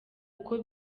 kuko